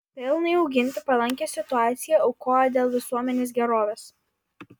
pelnui auginti palankią situaciją aukoja dėl visuomenės gerovės